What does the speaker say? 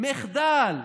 מחדל.